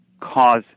cause